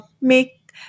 make